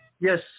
Yes